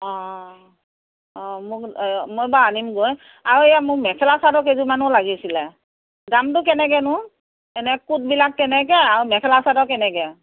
অঁ অঁ মোক মই বাৰু আনিমগৈ আৰু এয়া মোক মেখেলা চাদৰ কেইযোৰমানো লাগিছিলে দামটো কেনেকৈনো এনেই কোটবিলাক কেনেকৈ আৰু মেখেলা চাদৰ কেনেকৈ